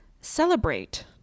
celebrate